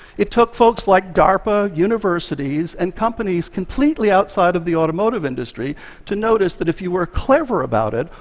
it took folks like darpa, universities, and companies completely outside of the automotive industry to notice that if you were clever about it,